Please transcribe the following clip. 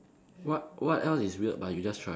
what what else is weird but you just try